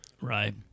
right